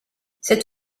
cette